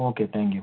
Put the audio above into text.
okay thank you